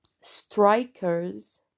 strikers